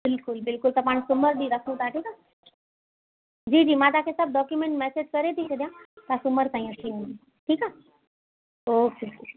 बिल्कुलु बिल्कुलु त पाण सूमरु ॾींहुं रखूं था ठीकु आहे जी जी मां तव्हांखे सभु डॉक्यूमेंट मैसेज करे थी छॾियां तव्हां सूमरु ताईं अची वञिजो ठीकु आहे ओके